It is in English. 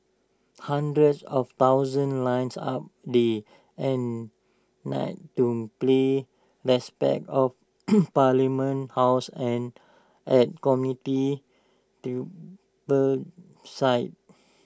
hundreds of thousands lines up day and night to play respects of parliament house and at community sites